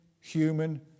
human